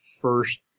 first